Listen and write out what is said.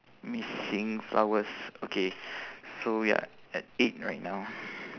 missing flowers okay so ya at eight right now